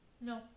No